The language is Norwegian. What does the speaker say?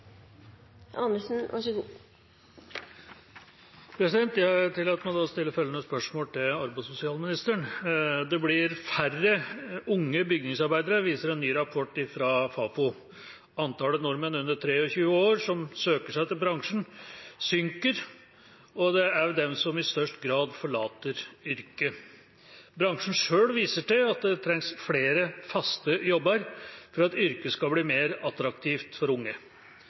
blir færre unge bygningsarbeidere, viser en ny rapport fra Fafo. Antallet nordmenn under 23 år som søker seg til bransjen, synker, og det er også disse som i størst grad forlater yrket. Bransjen selv viser til at det trengs flere faste jobber for at yrket skal bli mer attraktivt for unge.